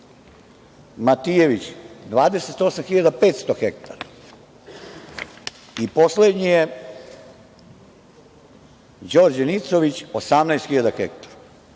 Matijević – 28.500 hektar i poslednji je Đorđe Nicović – 18.000 hektar.